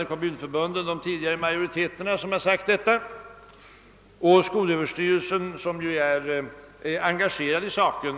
I kommunförbunden är det ju de, som tidigare utgjort majoriteten, som har sagt detta, och skolöverstyrelsen är ju direkt engagerad i saken.